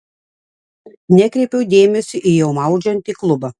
nekreipiau dėmesio į jau maudžiantį klubą